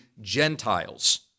Gentiles